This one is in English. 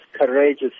courageous